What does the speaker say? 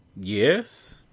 Yes